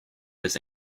this